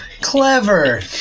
Clever